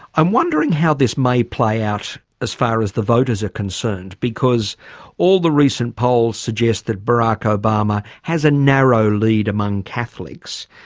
i'm wondering how this may play out as far as the voters are concerned because all the recent polls suggest that barack obama has a narrow narrow lead among catholics.